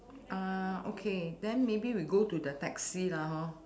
uh okay then maybe we go to the taxi lah hor